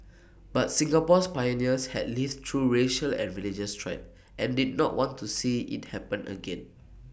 but Singapore's pioneers had lived through racial and religious strife and did not want to see IT happen again